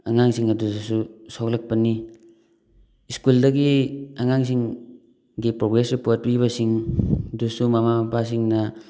ꯑꯉꯥꯡꯁꯤꯡ ꯑꯗꯨꯁꯨ ꯁꯣꯛꯂꯛꯄꯅꯤ ꯁ꯭ꯀꯨꯜꯗꯒꯤ ꯑꯉꯥꯡꯁꯤꯡꯒꯤ ꯄ꯭ꯔꯣꯒꯦꯁ ꯔꯤꯄꯣꯔꯠ ꯄꯤꯕꯁꯤꯡ ꯑꯗꯨꯁꯨ ꯃꯃꯥ ꯃꯄꯥꯁꯤꯡꯅ